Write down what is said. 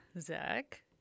Zach